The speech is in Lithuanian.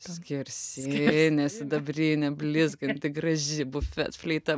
skersinė sidabrinė blizganti graži buffet fleita